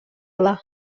ала